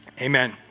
Amen